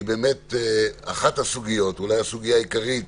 כי אולי הסוגיה העיקרית